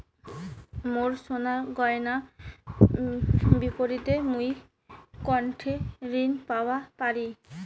মোর সোনার গয়নার বিপরীতে মুই কোনঠে ঋণ পাওয়া পারি?